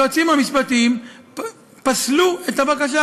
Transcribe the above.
היועצים המשפטיים פסלו את הבקשה,